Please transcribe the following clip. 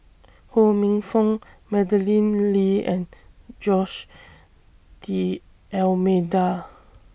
Ho Minfong Madeleine Lee and Jose D'almeida